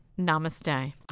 Namaste